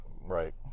Right